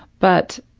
but